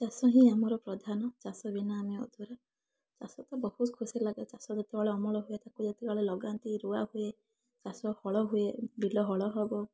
ଚାଷ ହିଁ ଆମର ପ୍ରଧାନ ଚାଷ ବିନା ଆମେ ଅଧୁରା ଚାଷ ତ ବହୁତ ଖୁସି ଲାଗେ ଚାଷ ଯେତେବେଳେ ଅମଳ ହୁଏ ତାକୁ ଯେତେବେଳେ ଲଗାନ୍ତି ରୁଆ ହୁଏ ଚାଷ ହଳ ହୁଏ ବିଲ ହଳ ହେବ